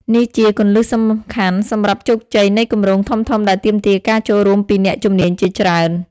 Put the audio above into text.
នេះជា គន្លឹះសំខាន់សម្រាប់ជោគជ័យនៃគម្រោងធំៗដែលទាមទារការចូលរួមពីអ្នកជំនាញជាច្រើន។